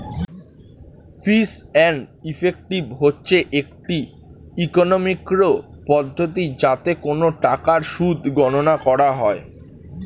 fees and effective হচ্ছে একটি economics পদ্ধতি যাতে কোন টাকার সুদ গণনা করা হয়